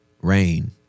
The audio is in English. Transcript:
rain